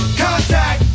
contact